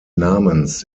namens